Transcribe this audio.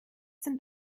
sind